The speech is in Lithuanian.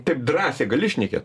taip drąsiai gali šnekė